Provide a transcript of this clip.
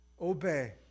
Obey